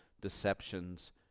deceptions